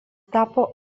tapo